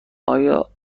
آیا